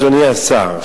אדוני השר,